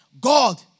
God